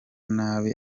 nabi